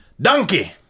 donkey